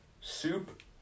soup